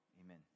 amen